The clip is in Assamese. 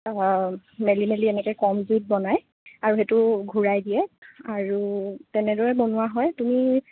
মেলি মেলি এনেকৈ কম জুঁইত বনায় আৰু সেইটো ঘূৰাই দিয়ে আৰু তেনেদৰে বনোৱা হয় তুমি